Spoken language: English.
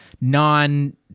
non